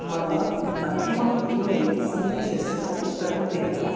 मम अन्तिमम् email सन्देशस्य उत्तरं देहि